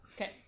Okay